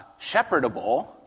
shepherdable